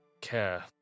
care